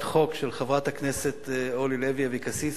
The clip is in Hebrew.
חוק של חברת הכנסת אורלי לוי אבקסיס,